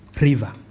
river